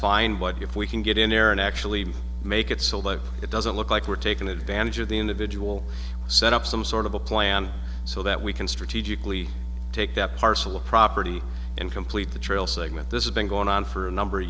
fine but if we can get in there and actually make it so it doesn't look like we're taking advantage of the individual set up some sort of a plan so that we can strategically take that parcel of property and complete the trail segment this has been going on for a number of